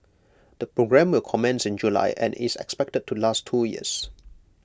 the programme will commence in July and is expected to last two years